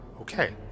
okay